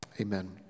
Amen